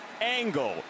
Angle